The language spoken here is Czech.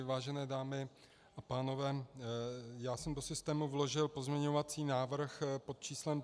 Vážené dámy a pánové, já jsem do systému vložil pozměňovací návrh pod číslem 5757.